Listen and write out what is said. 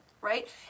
right